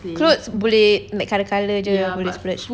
clothes boleh like kadangkala jer boleh splurge